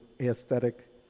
aesthetic